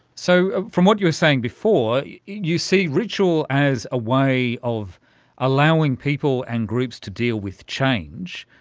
so from what you were saying before, you see ritual as a way of allowing people and groups to deal with change.